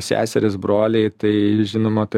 seserys broliai tai žinoma ta